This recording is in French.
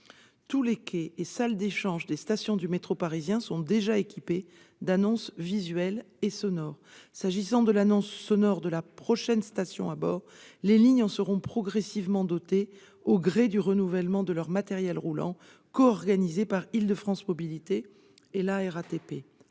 Tous les quais et toutes les salles d'échanges des stations du métro parisien sont déjà équipés d'annonces visuelles et sonores. S'agissant de l'annonce sonore de la prochaine station à bord, les lignes en sont progressivement dotées au gré du renouvellement de leur matériel roulant, coorganisé par Île-de-France Mobilités et la RATP.